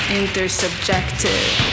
intersubjective